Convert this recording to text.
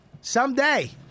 Someday